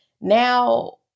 now